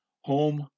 Home